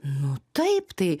nu taip tai